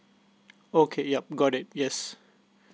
okay yup got it yes